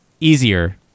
easier